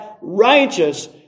righteous